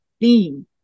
theme